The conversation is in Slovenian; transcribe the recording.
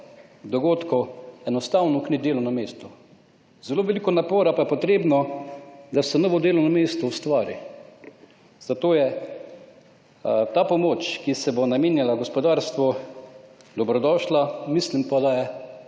dogodkov enostavno delovno mesto. zelo veliko napora pa je potrebno, da se novo delovno mesto ustvari. Zato je ta pomoč, ki se bo namenjala gospodarstvu dobrodošla, mislim pa da je